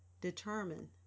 determine